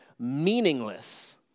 meaningless